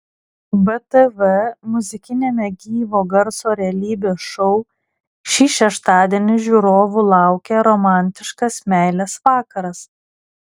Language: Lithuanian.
btv muzikiniame gyvo garso realybės šou šį šeštadienį žiūrovų laukia romantiškas meilės vakaras